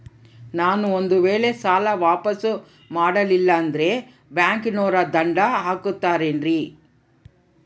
ನಾನು ಒಂದು ವೇಳೆ ಸಾಲ ವಾಪಾಸ್ಸು ಮಾಡಲಿಲ್ಲಂದ್ರೆ ಬ್ಯಾಂಕನೋರು ದಂಡ ಹಾಕತ್ತಾರೇನ್ರಿ?